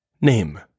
Name